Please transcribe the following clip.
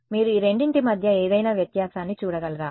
మీరు ఈ రెండింటి మధ్య ఏదైనా వ్యత్యాసాన్ని చూడగలరా